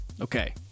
Okay